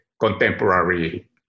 contemporary